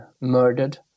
murdered